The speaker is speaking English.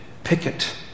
picket